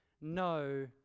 no